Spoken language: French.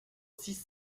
six